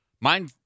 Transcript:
Mine-